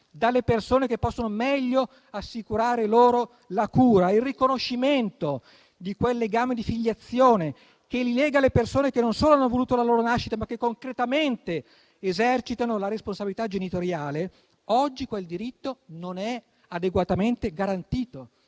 dalle persone che possono meglio assicurare loro la cura; è il riconoscimento di quel legame di filiazione che li lega alle persone che, non solo hanno voluto la loro nascita, ma che concretamente esercitano la responsabilità genitoriale. Oggi quel diritto non è adeguatamente garantito.